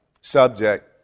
subject